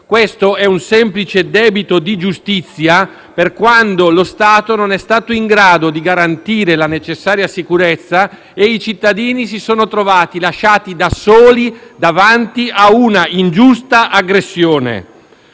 esame è un semplice debito di giustizia per quando lo Stato non è stato in grado di garantire la necessaria sicurezza e i cittadini si sono trovati, lasciati soli, davanti a un'ingiusta aggressione.